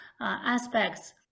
aspects